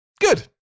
good